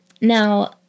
Now